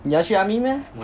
你要去 army meh